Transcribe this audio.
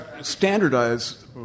standardize